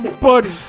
buddy